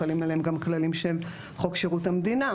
חלים עליהם גם כללים של חוק שירות המדינה,